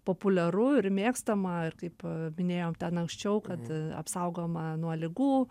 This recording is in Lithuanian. populiaru ir mėgstama ir kaip minėjom ten anksčiau kad apsaugoma nuo ligų